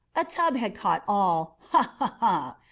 a tub had caught all ha!